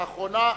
האחרונה.